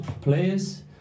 players